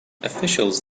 officials